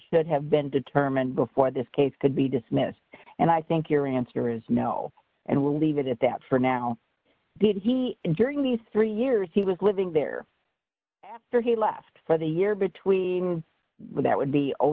could have been determined before this case could be dismissed and i think your answer is no and we'll leave it at that for now did he in getting these three years he was living there so he left for the year between that would be o